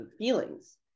feelings